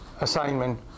assignment